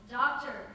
doctor